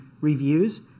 reviews